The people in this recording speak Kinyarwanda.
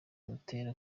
butera